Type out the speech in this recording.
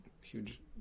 huge